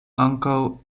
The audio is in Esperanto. ankaŭ